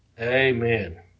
Amen